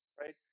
right